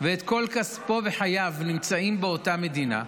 וכל כספו וחייו נמצאים באותה מדינה,